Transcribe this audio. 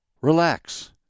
relax